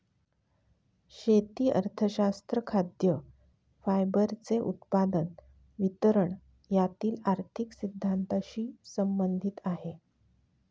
शेती अर्थशास्त्र खाद्य, फायबरचे उत्पादन, वितरण यातील आर्थिक सिद्धांतानशी संबंधित आहे